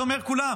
זה אומר כולם,